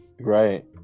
Right